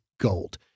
gold